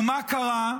ומה קרה?